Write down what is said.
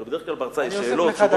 אבל בדרך כלל בהרצאה יש שאלות תשובות.